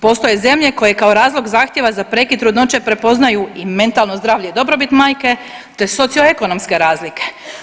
Postoje zemlje koje kao razlog zahtjeva za prekid trudnoće prepoznaju i metalno zdravlje i dobrobit majke te socioekonomske razlike.